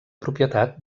propietat